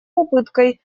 попыткой